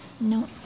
No